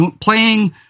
playing